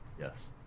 Yes